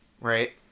right